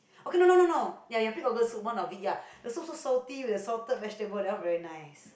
okay no no no no ya ya pig organ soup one of it ya the soup so salty with the salted vegetable that one very nice